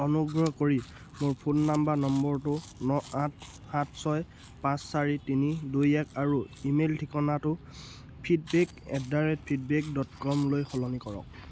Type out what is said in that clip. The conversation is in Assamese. অনুগ্ৰহ কৰি মোৰ ফোন নাম্বাৰ নম্বৰটো ন আঠ সাত ছয় পাঁচ চাৰি তিনি দুই এক আৰু ইমেইল ঠিকনাটো feedback at the rate feedback dot কমলৈ সলনি কৰক